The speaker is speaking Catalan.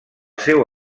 seu